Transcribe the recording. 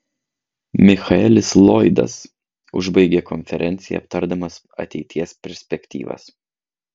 michaelis lloydas užbaigė konferenciją aptardamas ateities perspektyvas